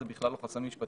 הם בכלל לא חסמים משפטיים,